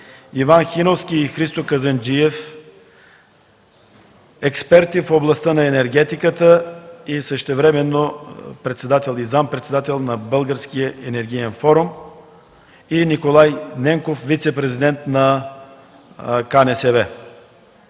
Иван Хиновски и Христо Казанджиев – експерти в областта на енергетиката, същевременно председател и зам.-председател на Българския енергиен форум, и Николай Ненков – вицепрезидент на КНСБ.